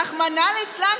רחמנא ליצלן,